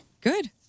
Good